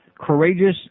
courageous